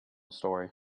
story